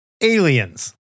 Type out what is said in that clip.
aliens